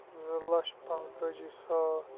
زٕ لَچھ پانٛژھ تٲجی ساس